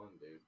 dude